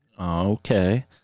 Okay